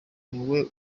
niwe